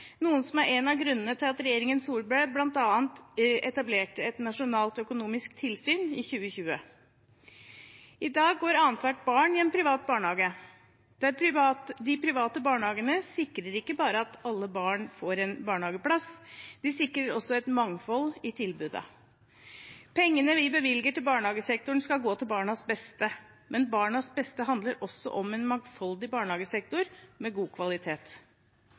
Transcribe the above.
av grunnene til at regjeringen Solberg bl.a. etablerte et nasjonalt økonomisk tilsyn i 2020. I dag går annethvert barn i en private barnehage. De private barnehagene sikrer ikke bare at alle barn får en barnehageplass; de sikrer også et mangfold i tilbudet. Pengene vi bevilger til barnehagesektoren, skal gå til barnas beste, men barnas beste handler også om en mangfoldig barnehagesektor med god kvalitet.